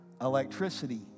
electricity